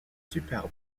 superbe